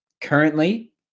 Currently